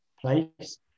place